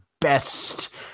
best